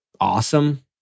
awesome